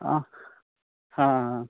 अऽ हँ